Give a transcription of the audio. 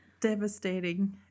Devastating